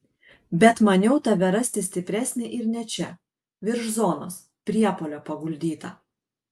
bet maniau tave rasti stipresnį ir ne čia virš zonos priepuolio paguldytą